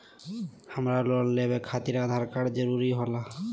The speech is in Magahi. हमरा लोन लेवे खातिर आधार कार्ड जरूरी होला?